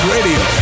Radio